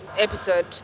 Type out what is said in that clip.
episode